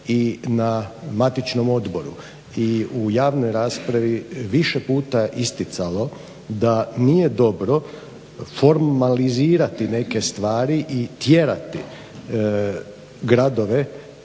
i na matičnom odboru i u javnoj raspravi više puta isticalo da nije dobro formalizirati neke stvari i tjerati gradove